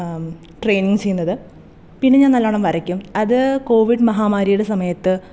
training ചെയ്യുന്നത് പിന്നെ ഞാൻ നല്ലോണം വരയ്ക്കും അത് കോവിഡ് മഹാമാരിയുടെ സമയത്ത്